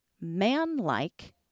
man-like